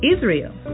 Israel